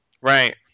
Right